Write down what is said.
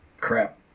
Crap